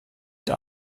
der